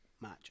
match